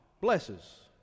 blesses